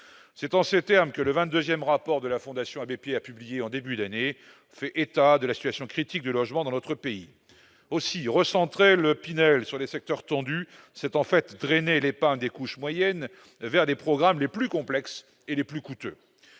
C'est en ces termes que le vingt-deuxième rapport de la Fondation Abbé Pierre, publié en début d'année, fait état de la situation critique du logement dans notre pays. Aussi, recentrer le dispositif Pinel sur les secteurs tendus, c'est en fait drainer l'épargne des couches moyennes vers les programmes les plus complexes et les plus coûteux.